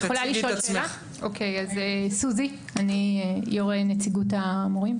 אני יו"ר נציגות המורים.